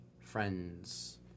friends